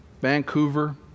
Vancouver